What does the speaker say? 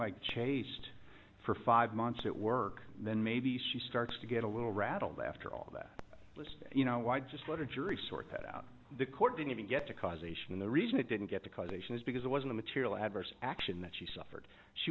like chased for five months that work then maybe she starts to get a little rattled after all that you know why just let a jury sort that out the court didn't even get to causation the reason it didn't get to causation is because it was a material adverse action that she suffered she